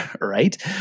right